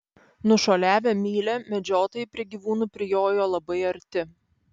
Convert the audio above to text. nušuoliavę mylią medžiotojai prie gyvūnų prijojo labai arti